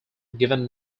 given